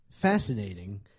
fascinating